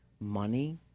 money